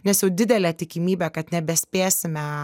nes jau didelė tikimybė kad nebespėsime